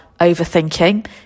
overthinking